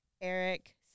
Eric